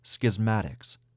schismatics